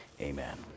Amen